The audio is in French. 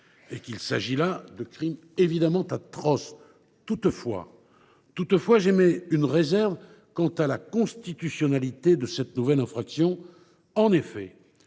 et qu’il s’agit de crimes atroces. Toutefois, j’émets une réserve quant à la constitutionnalité de cette nouvelle infraction. En effet,